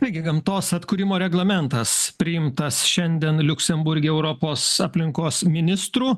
taigi gamtos atkūrimo reglamentas priimtas šiandien liuksemburge europos aplinkos ministrų